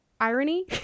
irony